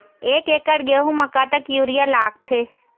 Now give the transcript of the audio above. एक एकड़ गेहूं म कतक यूरिया लागथे?